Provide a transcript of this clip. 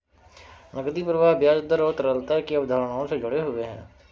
नकदी प्रवाह ब्याज दर और तरलता की अवधारणाओं से जुड़े हुए हैं